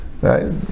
Right